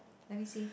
let me see